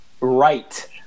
Right